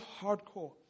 hardcore